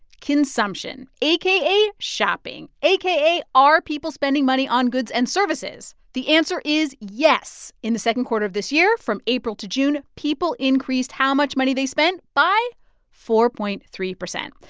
consumption aka shopping aka are people spending money on goods and services? the answer is yes. in the second quarter of this year, from april to june, people increased how much money they spent by four point three zero.